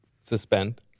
Suspend